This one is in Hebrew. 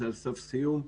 זה על סף סיום,